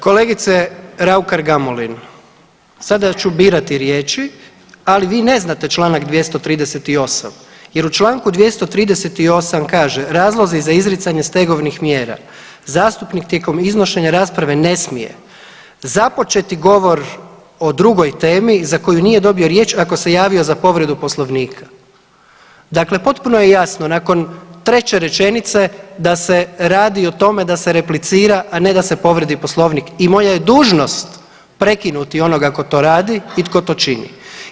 Kolegice RAukar Gamulin sada ću birati riječi, ali vi ne znate čl. 238. jer u čl. 238. kaže „Razlozi za izricanje stegovnih mjera, zastupnik tijekom iznošenja rasprave ne smije započeti govor o drugoj temi za koju nije dobio riječ ako se javio za povredu poslovnika.“ Dakle, potpuno je jasno nakon treće rečenice da se radi o tome da se replicira, a ne da se povrijedi poslovnik i moja je dužnost prekinuti onoga ko to radi i tko to čini.